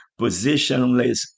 positionless